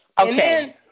Okay